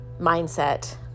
mindset